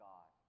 God